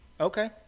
Okay